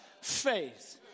faith